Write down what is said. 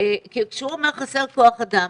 כשהוא אומר חסר כוח אדם,